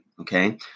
okay